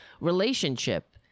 relationship